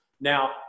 Now